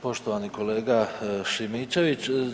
Poštovani kolega Šimičević.